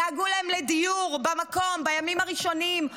דאגו להם לדיור במקום בימים הראשונים,